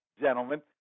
gentlemen